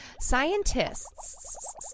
Scientists